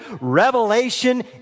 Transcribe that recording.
revelation